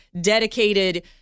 dedicated